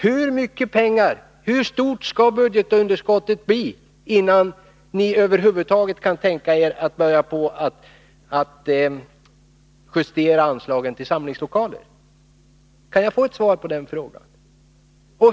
Hur stort skall budgetunderskottet bli innan ni över huvud taget kan tänka er att börja justera anslaget till samlingslokaler? Kan jag få ett svar på den frågan?